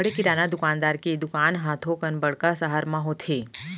बड़े किराना दुकानदार के दुकान हर थोकन बड़का सहर म होथे